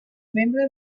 membre